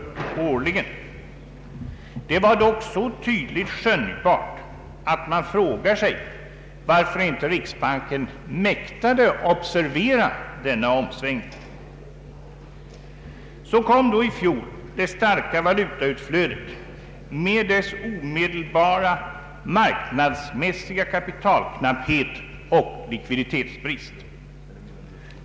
Det hela var dock så tydligt skönjbart att man frågar sig varför inte riksbanken mäktade observera denna omsvängning. Så kom då i fjol det starka valutautflödet med dess omedelbara marknadsmässiga kapitalknapphet och likviditetsbrist.